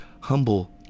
humble